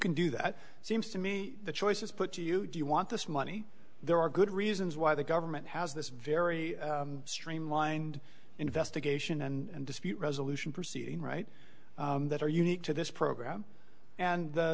can do that seems to me the choice is put to you do you want this money there are good reasons why the government has this very streamlined investigation and dispute resolution proceeding right that are unique to this program and